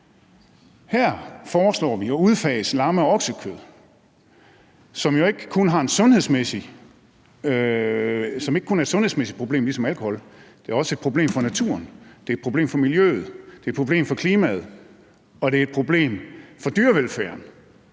Her foreslår vi at udfase lamme- og oksekød, som jo ikke kun er et sundhedsmæssigt problem ligesom alkohol; det er også et problem for naturen; det er et problem